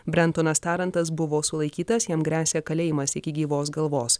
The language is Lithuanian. brentonas tarantas buvo sulaikytas jam gresia kalėjimas iki gyvos galvos